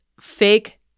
fake